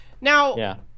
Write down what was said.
Now